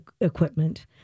equipment